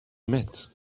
met